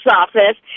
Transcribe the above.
office